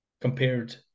compared